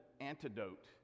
antidote